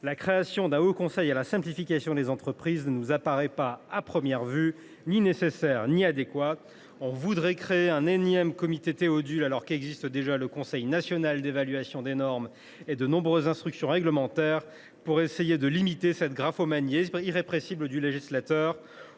La création d’un haut conseil à la simplification pour les entreprises ne nous semble, à première vue, ni nécessaire ni adéquate. On irait ainsi créer un énième comité Théodule, alors qu’existent déjà le Conseil national d’évaluation des normes et de nombreuses instructions réglementaires pour essayer de limiter cette graphomanie irrépressible du législateur.